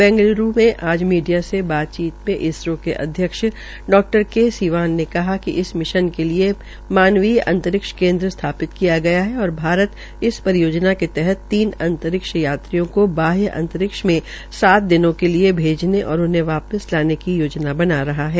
बैंगल्र मे आज मीडिया से बातचीत में इसरो के अध्यक्षज्ञ डा के सीवान ने कहा कि इस मिशन के लिये मानवीय अंतरिक्ष केन्द्र स्थापित किया गया है और भारत इस परियोजना के तहत तीन अंतरिक्ष यात्रियों को बाह्य अंतरिक्ष में सात दिनों के लिये भेजने और उन्हें वापिस लाने की योजना बना रहा है